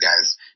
guys